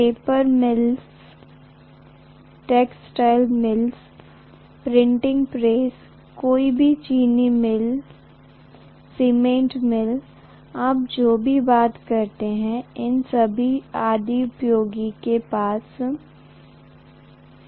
paper mills textile mills printing press कोई भी चीनी मिल सीमेंट मिल आप जो भी बात करते हैं उन सभी उद्योगों के पास है